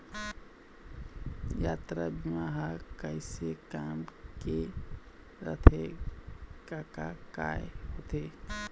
यातरा बीमा ह कइसे काम के रथे कका काय होथे?